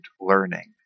learning